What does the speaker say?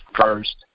first